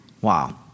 Wow